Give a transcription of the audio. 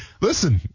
listen